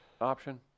option